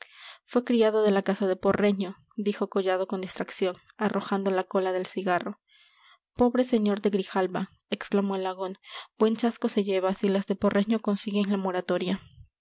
fue criado de la casa de porreño dijo collado con distracción arrojando la cola del cigarro pobre sr de grijalva exclamó alagón buen chasco se lleva si las de porreño consiguen la moratoria